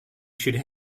should